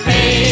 Hey